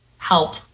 help